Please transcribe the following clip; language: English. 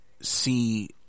see